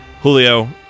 Julio